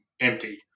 empty